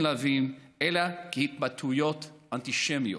להבין אותן אלא כהתבטאויות אנטישמיות.